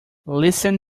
listen